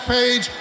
Page